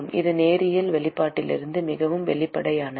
இது நேரியல் வெளிப்பாட்டிலிருந்து மிகவும் வெளிப்படையானது